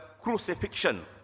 crucifixion